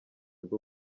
bwo